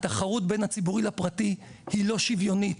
התחרות בין הציבורי לפרטי היא לא שוויונית.